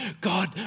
God